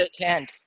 attend